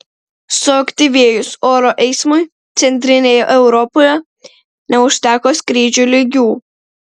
suaktyvėjus oro eismui centrinėje europoje neužteko skrydžių lygių